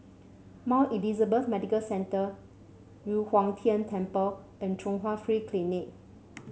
Mount Elizabeth Medical Centre Yu Huang Tian Temple and Chung Hwa Free Clinic